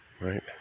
Right